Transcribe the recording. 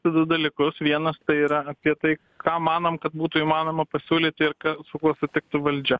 du dalykus vienas tai yra apie tai ką manom kad būtų įmanoma pasiūlyti ir kas su kuo sutiktų valdžia